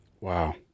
wow